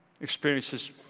experiences